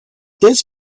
this